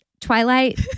Twilight